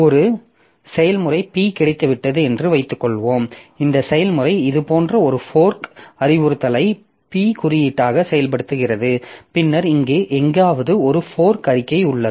ஒரு செயல்முறை P கிடைத்துவிட்டது என்று வைத்துக்கொள்வோம் இந்த செயல்முறை இது போன்ற ஒரு ஃபோர்க் அறிவுறுத்தலை P குறியீடாக செயல்படுத்துகிறது பின்னர் இங்கே எங்காவது ஒரு ஃபோர்க் அறிக்கை உள்ளது